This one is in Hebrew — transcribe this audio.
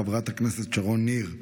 חברת הכנסת שרון ניר,